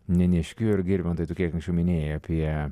nėniškiu ir girmantai tu kiek anksčiau minėjai apie